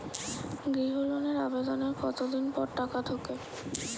গৃহ লোনের আবেদনের কতদিন পর টাকা ঢোকে?